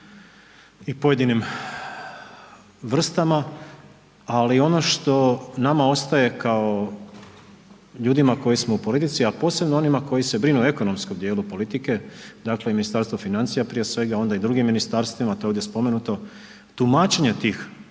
i pojedinim vrstama, ali ono što nama ostaje kao ljudima koji smo u politici, a posebno onima koji se brinu o ekonomskom dijelu politike dakle Ministarstvo financija prije svega, a onda i drugim ministarstvima to je ovdje spomenuto, tumačenje tih